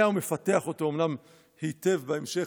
אומנם נתניהו מפתח אותו היטב בהמשך,